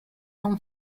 non